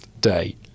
day